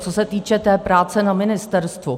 Co se týče té práce na ministerstvu.